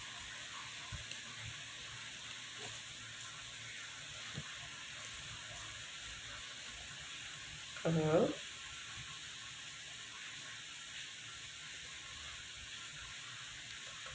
(uh huh)